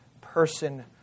person